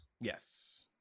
yes